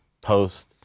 post